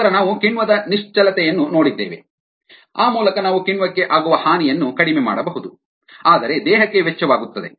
ನಂತರ ನಾವು ಕಿಣ್ವದ ನಿಶ್ಚಲತೆಯನ್ನು ನೋಡಿದ್ದೇವೆ ಆ ಮೂಲಕ ನಾವು ಕಿಣ್ವಕ್ಕೆ ಆಗುವ ಹಾನಿಯನ್ನು ಕಡಿಮೆ ಮಾಡಬಹುದು ಆದರೆ ಅದಕ್ಕೆ ವೆಚ್ಚವಾಗುತ್ತದೆ